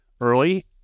early